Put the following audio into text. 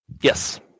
Yes